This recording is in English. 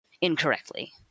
incorrectly